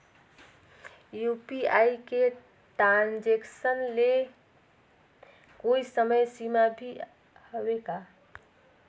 UPI के transaction ले कोई समय सीमा भी हवे का?